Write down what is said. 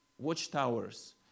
Watchtowers